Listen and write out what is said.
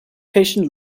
patient